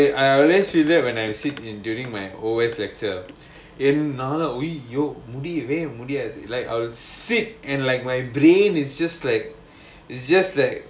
I I always feel that when I received in during my O_S lecture !aiyo! முடியவே முடியாது:mudiyavae mudiyaathu like I will sit and like my brain is just like is just like